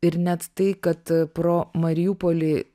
ir net tai kad pro mariupolį